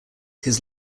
his